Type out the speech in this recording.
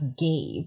Gabe